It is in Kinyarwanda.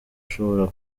ushobora